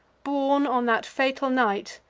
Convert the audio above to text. born on that fatal night,